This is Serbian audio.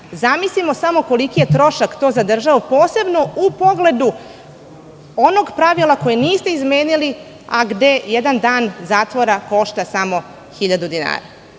zamislimo samo koliki je trošak to za državu, posebno u pogledu onog pravila koje niste izmenili, a gde jedan dan zatvora košta samo 1.000 dinara. Mislim